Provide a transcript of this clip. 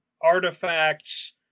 artifacts